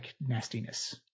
nastiness